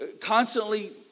constantly